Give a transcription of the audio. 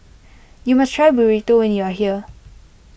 you must try Burrito when you are here